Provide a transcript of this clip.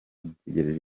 dutegereje